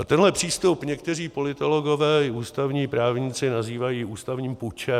Tenhle přístup někteří politologové i ústavní právníci nazývají ústavním pučem.